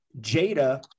Jada